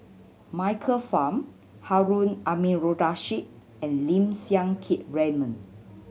Michael Fam Harun Aminurrashid and Lim Siang Keat Raymond